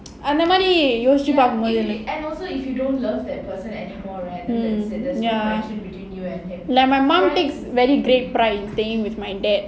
அந்த மாதிரி யோசிச்சி பார்க்கும்போது:andha maadhiri yosichi paarkumpothu hmm ya like my mom takes very great pride in staying with my dad